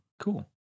Cool